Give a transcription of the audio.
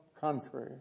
country